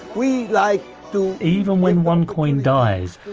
we like to. even when onecoin dies,